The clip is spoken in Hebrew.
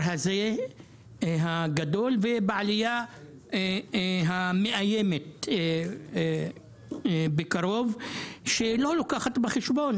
הזה הגדול ובעלייה המאיימת בקרוב שלא לוקחת בחשבון,